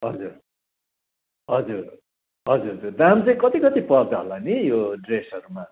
हजुर हजुर हजुर दाम चाहिँ कति कति पर्छ होला नि यो ड्रेसहरूमा